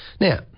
Now